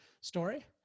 story